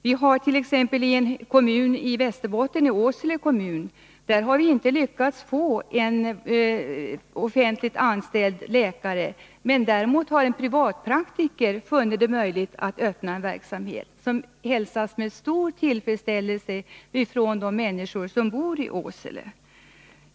Vi har t.ex. i en kommun i Västerbotten, Åsele kommun, inte lyckats få en offentligt anställd läkare. Däremot har en privatpraktiker funnit det möjligt att öppna praktik där. Den hälsas med stor tillfredsställelse av de människor som bor i Åsele.